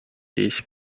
this